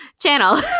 channel